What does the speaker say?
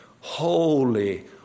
holy